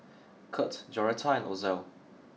Curt Joretta and Ozell